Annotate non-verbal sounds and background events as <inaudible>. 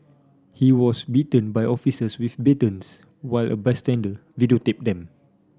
he was beaten by officers with <unintelligible> while a bystander videotaped them